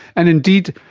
and indeed,